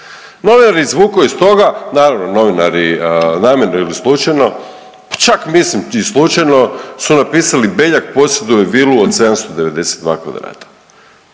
Novinar je izvukao iz toga, naravno, novinari namjerno ili slučajno, pa pak mislim i slučajno su napisali, Beljak posjeduje vilu od 792 kvadrata.